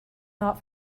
not